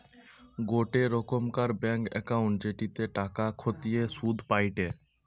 গোটে রোকমকার bank account জেটিতে টাকা খতিয়ে শুধ পায়টে